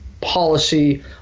policy